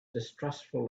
distrustful